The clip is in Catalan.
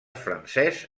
francès